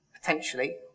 potentially